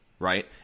Right